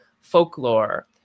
Folklore